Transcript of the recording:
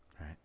Right